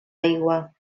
aigua